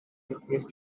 request